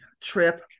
trip